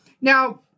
Now